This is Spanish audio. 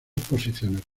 exposiciones